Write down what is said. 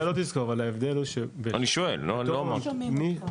אני שואל, לא אמרתי.